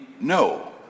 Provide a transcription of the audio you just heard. no